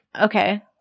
okay